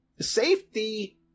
Safety